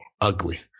ugly